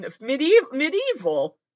Medieval